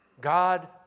God